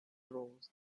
rose